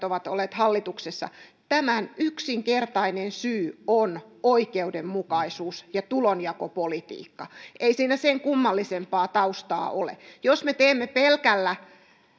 ovat olleet hallituksessa yksinkertainen syy tähän on oikeudenmukaisuus ja tulonjakopolitiikka ei siinä sen kummallisempaa taustaa ole jos me teemme pelkällä